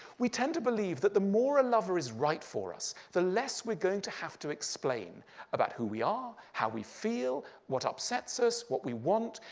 we tend to believe that the more a lover is right for us, the less we're going to have to explain about who we are, how we feel, what upsets us, what we want.